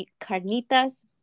carnitas